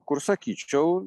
kur sakyčiau